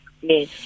Yes